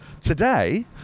Today